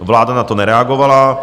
Vláda na to nereagovala.